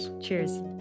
Cheers